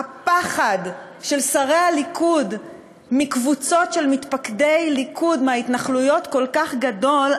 הפחד של שרי הליכוד מקבוצות של מתפקדי ליכוד מההתנחלויות כל כך גדול,